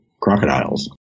crocodiles